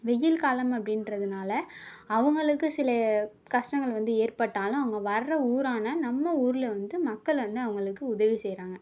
வெயில் காலம் அப்படின்றதுனால அவங்களுக்கு சில கஷ்டங்கள் வந்து ஏற்பட்டாலும் அவங்க வர்ர ஊர் ஆன நம்ம ஊரில் வந்து மக்கள் வந்து அவங்களுக்கு உதவி செய்கிறாங்க